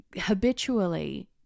habitually